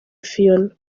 phiona